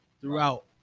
throughout